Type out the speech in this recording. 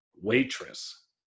waitress